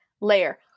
layer